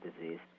disease